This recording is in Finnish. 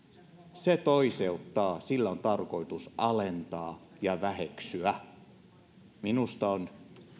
se toiseuttaa sillä on tarkoitus alentaa ja väheksyä minusta on